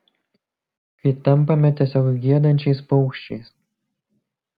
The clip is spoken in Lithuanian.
kai tampame tiesiog giedančiais paukščiais